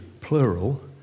plural